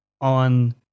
on